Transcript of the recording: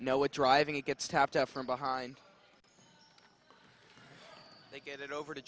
what driving he gets tapped out from behind they get it over to